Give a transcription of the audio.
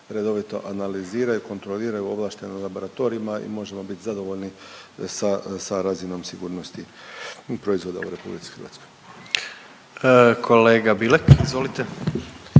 redovito analiziraju i kontroliraju u ovlaštenim laboratorijima i možemo bit zadovoljni sa, sa razinom sigurnosti proizvoda u RH. **Jandroković, Gordan (HDZ)** Kolega Bilek izvolite.